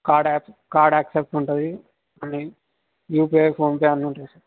card యాక్ card accept ఉంటుంది అన్నీ యూపీఐ ఫోన్పే అన్నీ ఉంటాయి సార్